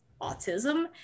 autism